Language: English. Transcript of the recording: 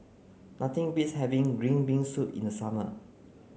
nothing beats having green bean soup in the summer